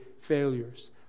failures